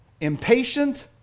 impatient